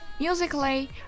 Musically